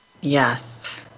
Yes